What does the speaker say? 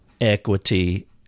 equity